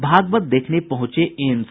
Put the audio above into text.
भागवत देखने पहुंचे एम्स